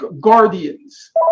guardians